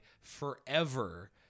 forever